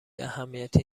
اهمیتی